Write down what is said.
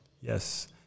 Yes